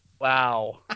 Wow